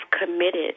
committed